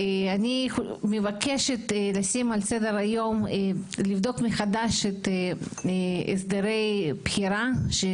אני מבקשת לשים על סדר-היום לבדוק מחדש את הסדרי בחירה של